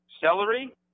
celery